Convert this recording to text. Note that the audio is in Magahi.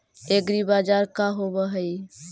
एग्रीबाजार का होव हइ?